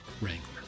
Wrangler